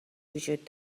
وجود